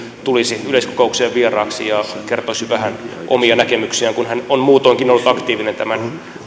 tulisi yleiskokoukseen vieraaksi ja kertoisi vähän omia näkemyksiään kun hän on muutoinkin ollut aktiivinen tämän